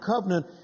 covenant